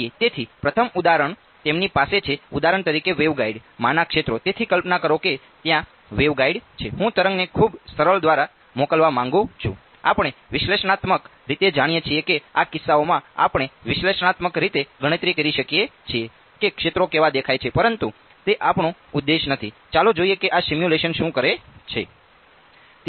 તેથી પ્રથમ ઉદાહરણ તેમની પાસે છે ઉદાહરણ તરીકે વેવગાઇડ શું કરે છે